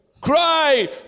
cry